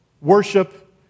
worship